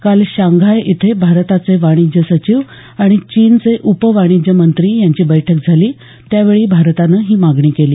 काल शांघाय इथे भारताचे वाणिज्य सचिव आणि चीनचे उपवाणिज्यमंत्री यांची बैठक झाली त्यावेळी भारतानं ही मागणी केली